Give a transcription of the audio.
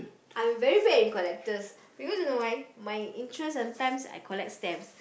I very bad in collectors because you know why my interest sometimes I collect stamps